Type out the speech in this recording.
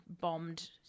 bombed